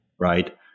Right